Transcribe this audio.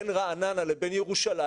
בין רעננה לבין ירושלים,